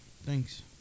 thanks